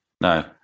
No